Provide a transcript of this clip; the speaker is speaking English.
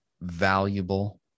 valuable